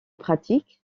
pratique